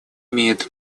имеет